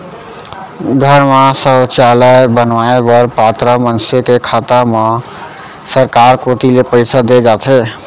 घर म सौचालय बनवाए बर पात्र मनसे के खाता म सरकार कोती ले पइसा दे जाथे